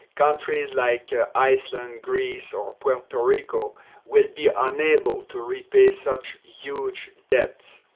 countries like iceland, greece or puerto rico will be unable to repay such huge debts.